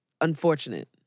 unfortunate